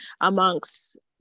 amongst